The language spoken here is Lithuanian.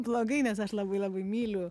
blogai nes aš labai labai myliu